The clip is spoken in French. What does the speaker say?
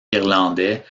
irlandais